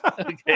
Okay